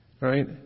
Right